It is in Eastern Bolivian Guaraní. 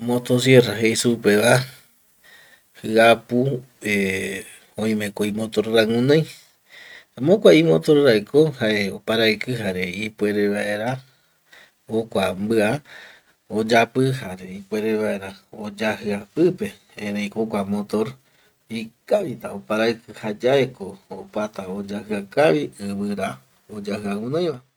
Motosierra jei supeva jiapu eh oimoeko imotor rai guinoi jaema jokua imotor raiko jae oparaiki jare ipuere vaera jokua mbia oyapi jare ipuere vaera oyajia pipe ereiko jokua motor ikavita oparaiki jayaeko opatga oyajia kavi ivira oyajia guinoiva